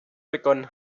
begonnen